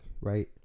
Right